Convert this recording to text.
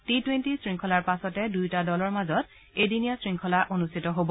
T twenty শৃংখলাৰ পাছতে দুয়োটা দলৰ মাজত এদিনীয়া শংখলা অনুষ্ঠিত হ'ব